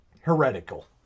heretical